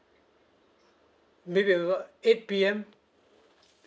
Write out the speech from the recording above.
maybe around eight P_M